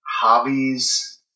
hobbies